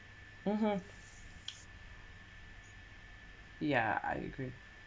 (uh huh) yeah I agree